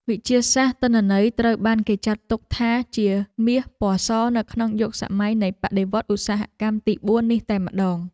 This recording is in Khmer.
វិទ្យាសាស្ត្រទិន្នន័យត្រូវបានគេចាត់ទុកថាជាមាសពណ៌សនៅក្នុងយុគសម័យនៃបដិវត្តន៍ឧស្សាហកម្មទីបួននេះតែម្តង។